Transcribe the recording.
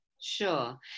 Sure